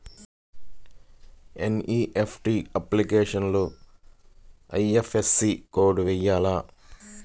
NEFT అప్లికేషన్లో IFSC code వేయాలా?